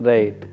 Right